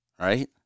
right